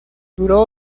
duró